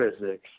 physics